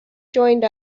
joined